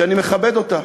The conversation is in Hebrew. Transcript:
שאני מכבד אותה,